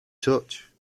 touch